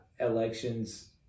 elections